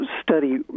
study